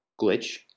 glitch